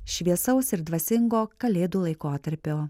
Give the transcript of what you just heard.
šviesaus ir dvasingo kalėdų laikotarpio